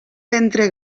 ventre